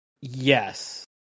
Yes